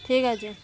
ঠিক আছে